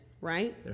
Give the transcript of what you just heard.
right